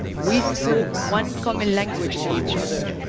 we spoke one common language to each other,